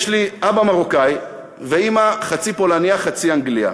יש לי אבא מרוקאי ואימא חצי פולנייה חצי אנגלייה.